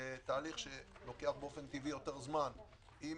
בתהליך שלוקח באופן טבעי יותר זמן עם